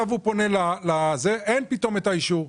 הוא פונה אבל פתאום אין את האישור.